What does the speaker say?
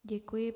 Děkuji.